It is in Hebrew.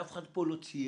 ואף אחד פה לא צייץ,